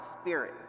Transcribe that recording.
spirit